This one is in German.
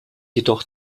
jedoch